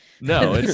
No